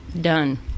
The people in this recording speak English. Done